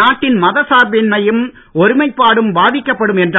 நாட்டின் மத சார்பின்மையும் ஒருமைப்பாடும் பாதிக்கப்படும் என்றார்